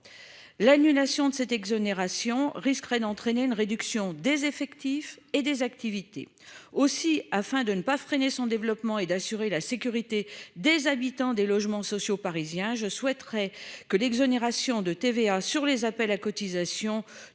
l'annulation de cette exonération risquerait d'entraîner une réduction des effectifs et des activités aussi afin de ne pas freiner son développement et d'assurer la sécurité des habitants des logements sociaux parisiens, je souhaiterais que l'exonération de TVA sur les appels à cotisations